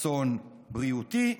אסון בריאותי,